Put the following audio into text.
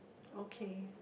okay